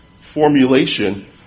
formulation